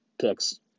picks